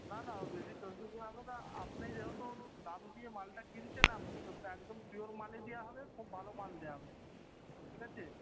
না না ও বেশি চর্বি দেওয়া হবে না আপনি যেহেতু দাম দিয়ে মালটা কিনছেন আপনাকে একদম পিওর মালই দেওয়া হবে খুব ভালো মাল দেওয়া হবে ঠিক আছে